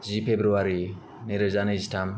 जि February नैरोजा नैजिथाम